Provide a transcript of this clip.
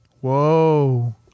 Whoa